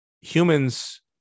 humans